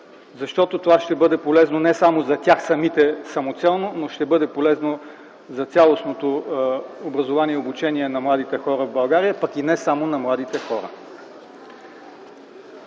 обсъди. Това ще бъде полезно не само за тях самите – самоцелно, но ще бъде полезно за цялостното образование и обучение на младите хора в България, пък и не само на младите хора.